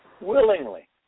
willingly